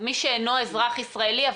מי שאינו אזרח ישראלי,